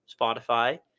Spotify